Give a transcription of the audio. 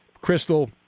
Crystal